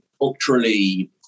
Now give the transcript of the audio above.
culturally